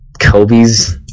Kobe's